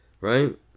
Right